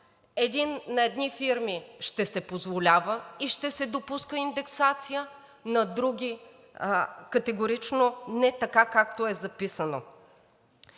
на едни фирми ще се позволява и ще се допуска индексация, на други категорично не, така, както е записано?